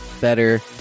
better